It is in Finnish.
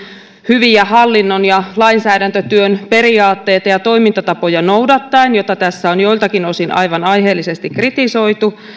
ja hallinnon ja lainsäädäntötyön periaatteita ja toimintatapoja noudattaen mitä tässä on joiltakin osin aivan aiheellisesti kritisoitu